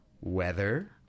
Weather